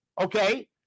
okay